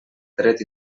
dret